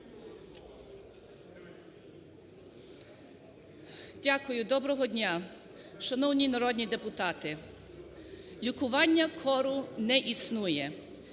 Дякую. Доброго дня! Шановні народні депутати, лікування кору не існує,